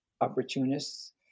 opportunists